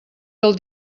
del